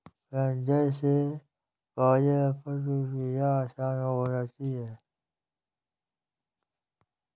planter से पौधरोपण की क्रिया आसान हो जाती है